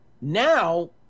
Now